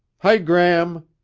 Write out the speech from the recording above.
hi, gram.